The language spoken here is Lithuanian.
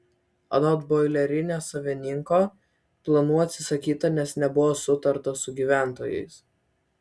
anot boilerinės savininko planų atsisakyta nes nebuvo sutarta su gyventojais